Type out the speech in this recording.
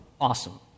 awesome